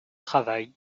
travail